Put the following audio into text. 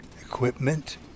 equipment